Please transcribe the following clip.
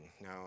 Now